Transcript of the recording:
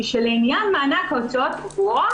היא שלעניין מענק הוצאות קבועות,